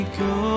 go